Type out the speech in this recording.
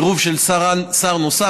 עירוב של שר נוסף,